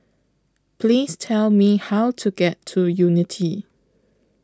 Please Tell Me How to get to Unity